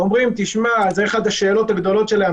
זו אחת השאלות הגדולות שלהם,